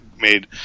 made